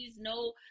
no